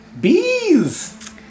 Bees